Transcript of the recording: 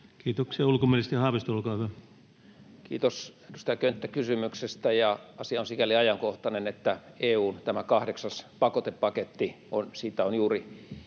Kiitoksia. — Ulkoministeri Haavisto, olkaa hyvä. Kiitos, edustaja Könttä, kysymyksestä. Asia on sikäli ajankohtainen, että EU:n kahdeksannesta pakotepaketista on juuri